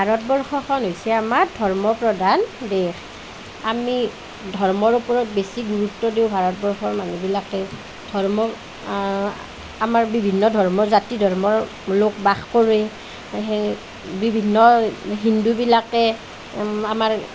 ভাৰতবৰ্ষখন হৈছে আমাৰ ধৰ্ম প্ৰধান দেশ আমি ধৰ্মৰ ওপৰত বেছি গুৰুত্ব দিওঁ ভাৰতবৰ্ষৰ মানুহবিলাকে ধৰ্ম আমাৰ বিভিন্ন ধৰ্ম জাতি ধৰ্মৰ লোক বাস কৰে সেই বিভিন্ন হিন্দুবিলাকে আমাৰ